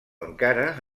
encara